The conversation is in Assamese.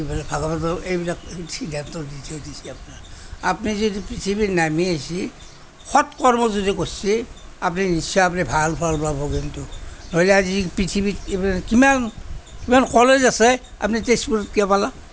ভাগৱতে এইবিলাক সিদ্ধান্ত দি থৈ দিছে আপোনাক আপুনি যদি পৃথিৱীত নামি আহিছে সৎ কৰ্ম যদি কৰিছে আপুনি নিশ্চয় আপুনি ভাল ফল পাব কিন্তু ধৰি লওঁক আজি পৃথিৱীত কিমান কিমান কলেজ আছে আপুনি তেজপুৰত কিয় পালে